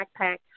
Backpack